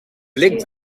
blik